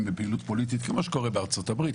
בפעילות פוליטית כמו שקורה בארצות הברית.